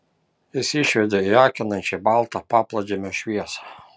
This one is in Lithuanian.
jis išvedė į akinančiai baltą paplūdimio šviesą